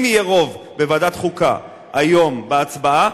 אם יהיה רוב בוועדת חוקה היום בהצבעה,